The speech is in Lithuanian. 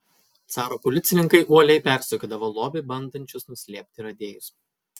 caro policininkai uoliai persekiodavo lobį bandančius nuslėpti radėjus